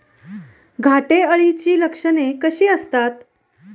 घाटे अळीची लक्षणे कशी असतात?